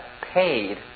paid